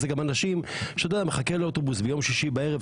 ואלה גם אנשים שמחכים לאוטובוס ביום שישי בערב,